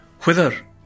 Whither